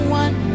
one